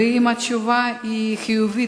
ואם התשובה היא חיובית,